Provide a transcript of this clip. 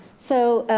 so,